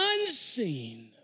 unseen